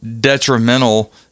detrimental